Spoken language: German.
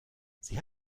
sie